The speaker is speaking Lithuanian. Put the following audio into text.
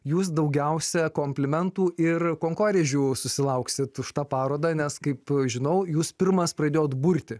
jūs daugiausia komplimentų ir kankorėžių susilauksit už tą parodą nes kaip žinau jūs pirmas pradėjot burti